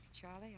Charlie